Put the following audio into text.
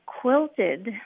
quilted